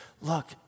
look